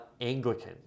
Anglican